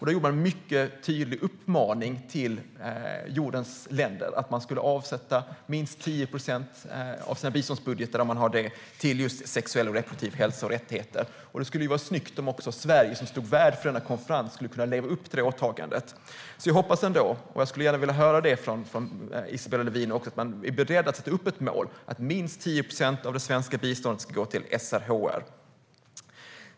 Då gjordes en mycket tydlig uppmaning till jordens länder att de skulle avsätta minst 10 procent av sina biståndsbudgetar till just sexuell och reproduktiv hälsa och rättigheter. Det skulle vara snyggt om också Sverige, som stod värd för denna konferens, skulle kunna leva upp till detta åtagande. Jag skulle gärna vilja höra från Isabella Lövin att man är beredd att sätta upp ett mål om att minst 10 procent av det svenska biståndet ska gå till SRHR.